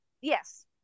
yes